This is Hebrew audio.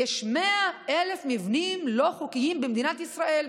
יש 100,000 מבנים לא חוקיים במדינת ישראל.